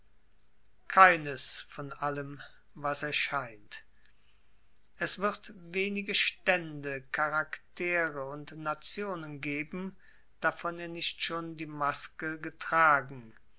keines von allem was er scheint es wird wenige stände charaktere und nationen geben davon er nicht schon die maske getragen